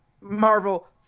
Marvel